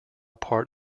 part